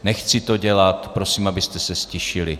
Nechci to dělat, prosím, abyste se ztišili.